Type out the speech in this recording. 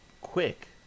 quick